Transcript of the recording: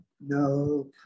No